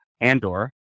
Andor